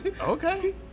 Okay